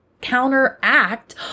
counteract